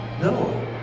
No